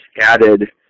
added